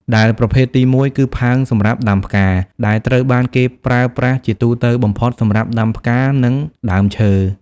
ដែលប្រភេទទីមួយគឺ ផើងសម្រាប់ដាំផ្កា ដែលត្រូវបានគេប្រើប្រាស់ជាទូទៅបំផុតសម្រាប់ដាំផ្កា និងដើមឈើ។